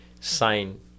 sign